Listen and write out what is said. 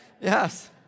Yes